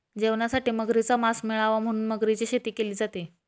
जेवणासाठी मगरीच मास मिळाव म्हणून मगरीची शेती केली जाते